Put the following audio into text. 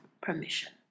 permission